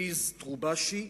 ליז טרובישי,